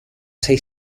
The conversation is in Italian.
sei